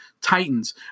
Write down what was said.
Titans